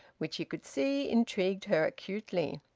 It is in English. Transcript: which he could see intrigued her acutely.